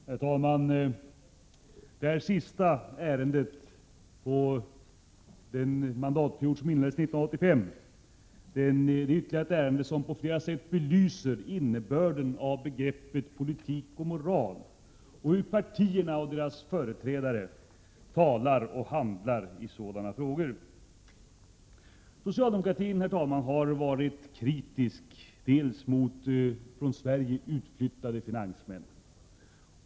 Herr talman! Detta sista ärende som debatteras under den mandatperiod som inleddes 1985 är ytterligare ett exempel, som på flera sätt belyser innebörden av begreppet politik och moral och hur partierna och deras företrädare talar och handlar i dessa frågor. Socialdemokratin har varit kritisk mot från Sverige utflyttade finansmän.